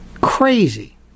crazy